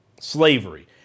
slavery